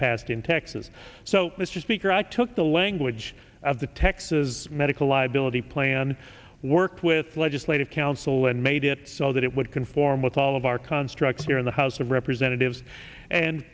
passed in texas so mr speaker i took the language of the texas medical liability plan worked with legislative council and made it so that it would conform with all of our constructs here in the house of representatives and